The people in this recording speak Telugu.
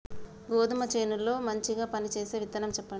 గోధుమ చేను లో మంచిగా పనిచేసే విత్తనం చెప్పండి?